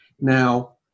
Now